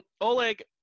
Oleg